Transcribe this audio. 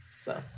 so-